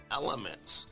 elements